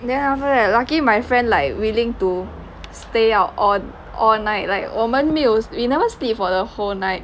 then after that lucky my friend like willing to stay out all all night like 我们没有 we never sleep for the whole night